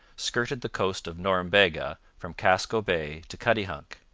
skirted the coast of norumbega from casco bay to cuttyhunk.